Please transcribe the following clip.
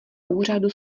úřadu